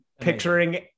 picturing